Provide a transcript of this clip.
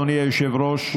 אדוני היושב-ראש,